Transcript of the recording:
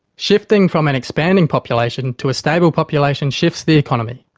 shifting from an expanding population to a stable population shifts the economy.